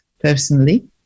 personally